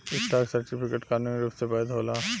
stock certificate कानूनी रूप से वैध होला